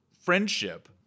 friendship